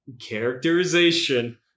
characterization